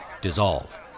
dissolve